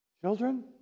Children